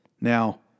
Now